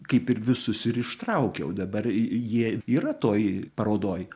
kaip ir visus ir ištraukiau dabar jie yra toj parodoj